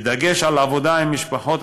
בדגש על עבודה עם משפחות,